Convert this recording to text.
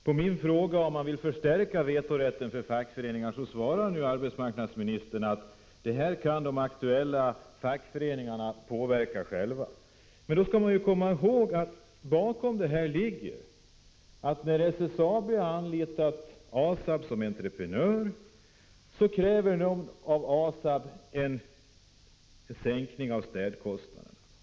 På min fråga om regeringen vill förstärka vetorätten för fackföreningar svarar nu arbetsmarknadsministern att det här kan de aktuella fackföreningarna påverka själva. Men då skall man komma ihåg vad som ligger bakom konflikten i Domnarvet. När SSAB anlitar ASAB som entreprenör, kräver SSAB en sänkning av städkostnaderna.